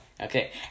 Okay